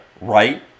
right